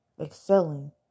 excelling